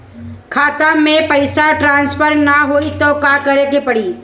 खाता से पैसा टॉसफर ना होई त का करे के पड़ी?